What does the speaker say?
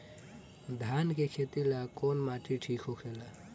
धान के खेती ला कौन माटी ठीक होखेला?